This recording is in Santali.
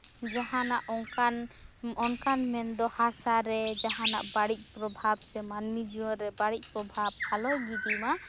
ᱡᱟᱦᱟᱱᱟᱜ ᱚᱱᱠᱟᱱ ᱚᱱᱠᱟᱱ ᱢᱮᱱᱫᱚ ᱦᱟᱥᱟ ᱨᱮ ᱡᱟᱦᱟᱱᱟᱜ ᱵᱟᱹᱲᱤᱡ ᱥᱮ ᱢᱟᱹᱱᱢᱤ ᱡᱤᱭᱚᱱ ᱨᱮ ᱵᱟᱹᱲᱤᱡ ᱯᱨᱚᱵᱷᱟᱵ ᱟᱞᱳᱭ ᱜᱤᱰᱤᱭ ᱢᱟ